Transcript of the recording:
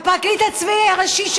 הפרקליט הצבאי הראשי,